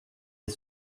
est